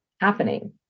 happening